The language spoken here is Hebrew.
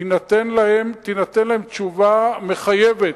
תינתן להן תשובה מחייבת,